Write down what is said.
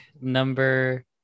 number